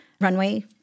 runway